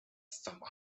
some